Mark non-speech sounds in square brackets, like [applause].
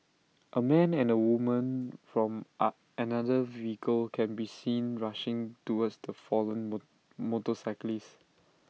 A man and A woman from A another vehicle can be seen rushing towards the fallen [hesitation] motorcyclist